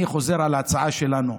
אני חוזר על ההצעה שלנו,